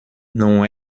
não